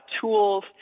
tools